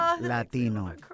latino